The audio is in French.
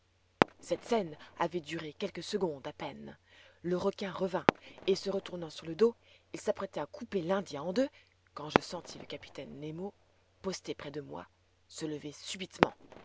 cette scène avait duré quelques secondes à peine le requin revint et se retournant sur le dos il s'apprêtait à couper l'indien en deux quand je sentis le capitaine nemo posté près de moi se lever subitement